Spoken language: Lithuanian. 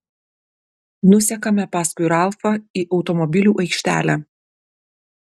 nusekame paskui ralfą į automobilių aikštelę